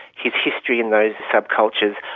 his history in those subcultures,